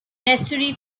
necessary